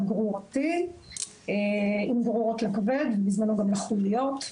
גרורתי עם גרורות לכבד ובזמנו גם לחוליות,